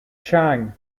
chang